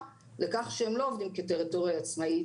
ילדים שהם ילדים פוסט אישפוזיים,